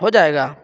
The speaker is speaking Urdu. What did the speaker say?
ہوجائے گا